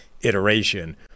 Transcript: iteration